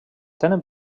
tenen